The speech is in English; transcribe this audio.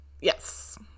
Yes